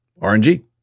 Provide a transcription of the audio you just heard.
RNG